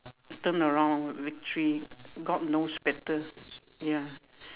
turn around victory God knows better ya